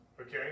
Okay